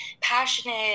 passionate